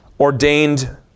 Ordained